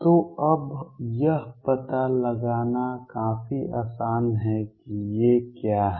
तो अब यह पता लगाना काफी आसान है कि ये क्या हैं